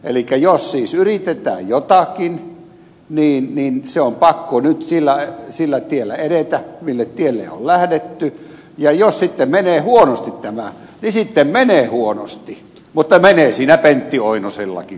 elikkä jos siis yritetään jotakin niin se on pakko nyt sillä tiellä edetä mille tielle on lähdetty ja jos sitten tämä menee huonosti niin sitten menee huonosti mutta menee siinä ed